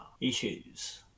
issues